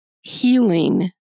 healing